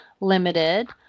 Limited